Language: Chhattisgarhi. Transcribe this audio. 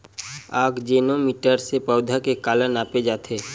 आकजेनो मीटर से पौधा के काला नापे जाथे?